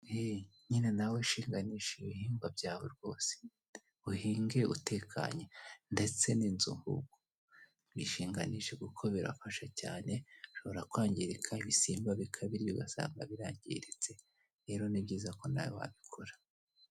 Nyine nawe shinganisha ibihingwa byawe rwose uhinge utekanye, ndetse n'inzu uyishinganishe kuko birafasha cyane, bishobora kwangirika ibisimba bikabirya ugasanga birangiritse, rero ni byiza ko nawe wabikora.